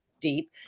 deep